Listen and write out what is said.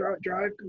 drive